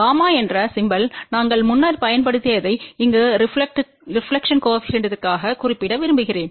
gamma என்ற symbol நாங்கள் முன்னர் பயன்படுத்தியதை இங்கு ரெப்லக்டெட்ப்பு கோஏபிசிஎன்ட்த்திற்காக குறிப்பிட விரும்புகிறேன்